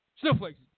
Snowflakes